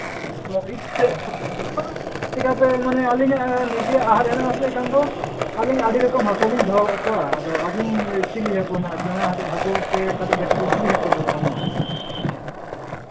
ᱪᱤᱠᱟᱹᱛᱮ ᱢᱟᱱᱮ ᱟᱹᱞᱤᱧᱟᱜ ᱱᱤᱡᱮ ᱟᱦᱟᱨ ᱦᱮᱱᱟᱜ ᱟᱥᱮ ᱮᱠᱷᱚᱱ ᱫᱚ ᱟᱹᱞᱤᱧ ᱟᱹᱰᱤ ᱨᱚᱠᱚᱢ ᱦᱟᱹᱠᱩ ᱞᱤᱧ ᱫᱚᱦᱚ ᱠᱟᱜ ᱠᱚᱣᱟ ᱟᱫᱚ ᱟᱹᱵᱤᱱ ᱪᱤᱞᱤ ᱦᱟᱹᱠᱩ ᱦᱟᱸᱜ ᱥᱮᱬᱟ ᱦᱟᱹᱠᱩ ᱥᱮ ᱠᱟᱹᱴᱤᱡ ᱦᱟᱹᱠᱩ ᱪᱤᱞᱤ ᱦᱟᱹᱠᱩ ᱫᱚᱨᱠᱟᱨ ᱟᱢ ᱠᱟᱱᱟ